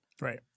Right